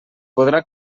podrà